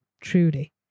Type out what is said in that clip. truly